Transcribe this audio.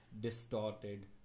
distorted